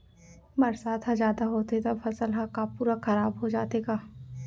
बरसात ह जादा होथे त फसल ह का पूरा खराब हो जाथे का?